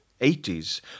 80s